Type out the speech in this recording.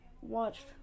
watched